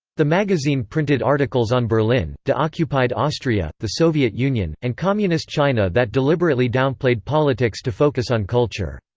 the magazine printed articles on berlin, de-occupied austria, the soviet union, and communist china that deliberately downplayed politics to focus on culture.